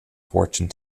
fortune